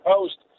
Post